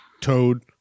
Toad